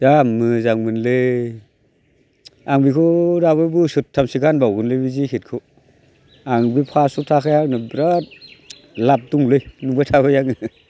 जा मोजांमोनलै